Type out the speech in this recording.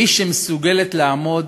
היא שמסוגלת לעמוד